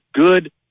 good